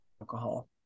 alcohol